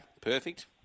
perfect